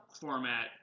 format